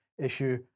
issue